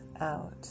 out